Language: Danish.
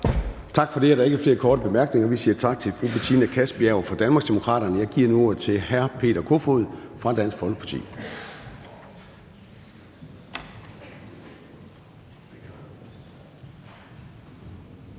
Tak for det. Der er ikke flere korte bemærkninger, og så siger vi tak til fru Betina Kastbjerg fra Danmarksdemokraterne. Jeg giver nu ordet til hr. Peter Kofod fra Dansk Folkeparti.